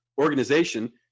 organization